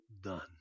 done